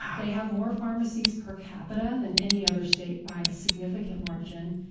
they have more pharmacies per capita than any other state by a significant margin.